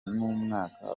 n’umwaka